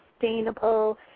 sustainable